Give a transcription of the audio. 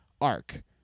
arc